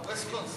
ויסקונסין.